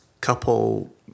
couple